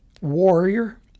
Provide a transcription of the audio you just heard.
warrior